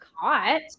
caught